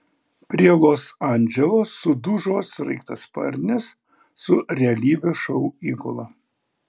prie los andželo sudužo sraigtasparnis su realybės šou įgula